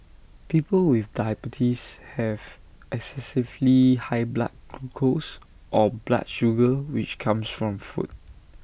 people with diabetes have excessively high blood glucose or blood sugar which comes from food